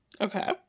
Okay